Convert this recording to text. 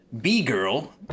B-girl